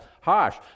harsh